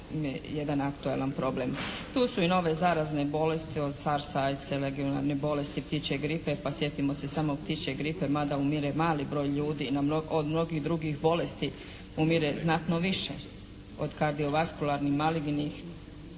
je to jedan aktuelan problem. Tu su i nove zarazne bolesti od SARS, AIDS, elegionarnih bolesti, ptičje gripe, pa sjetimo se samo ptičje gripe. Mada umire mali broj ljudi, no od mnogih drugih bolesti umire znatno više, od kardiovaskularnih, malignih,